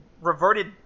reverted